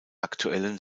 aktuellen